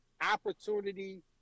opportunity